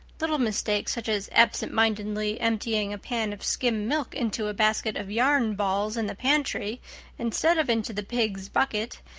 little mistakes, such as absentmindedly emptying a pan of skim milk into a basket of yarn balls in the pantry instead of into the pigs' bucket,